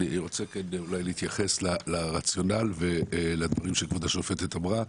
אני רוצה להתייחס לרציונל ולדברים שכבוד השופטת אמרה.